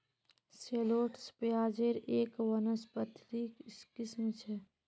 shallots प्याज़ेर एक वानस्पतिक किस्म छ